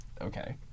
Okay